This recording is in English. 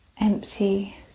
empty